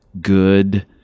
good